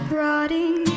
rotting